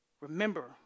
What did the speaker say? Remember